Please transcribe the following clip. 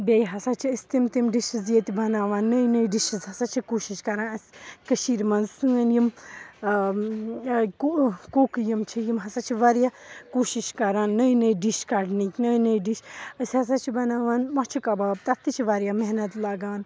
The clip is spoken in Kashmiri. بیٚیہِ ہَسا چھِ أسۍ تِم تِم ڈِشِز ییٚتہِ بَناوان نٔے نٔے ڈِشِز ہَسا چھِ کوٗشِش کَران أسۍ کٔشیٖرِ منٛز سأنۍ یِم کوٗ کُک یِم چھِ یِم ہَسا چھِ وارِیاہ کوٗشِش کَران نٔے نٔے ڈِش کَڈنٕکۍ نٔے نٔے ڈِش أسۍ ہَسا چھِ بَناوان مَچھِ کَبابہٕ تَتھ تہِ چھ وارِیاہ محنت لَگان